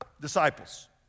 disciples